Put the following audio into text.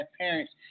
parents